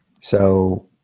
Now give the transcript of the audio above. So-